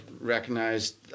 recognized